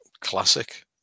Classic